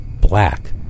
Black